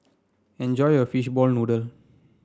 enjoy your Fishball Noodle